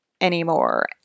anymore